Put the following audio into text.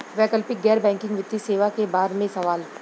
वैकल्पिक गैर बैकिंग वित्तीय सेवा के बार में सवाल?